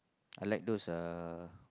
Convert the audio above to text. I like those uh